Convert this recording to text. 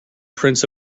prince